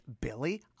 billy